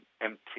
empty